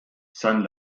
san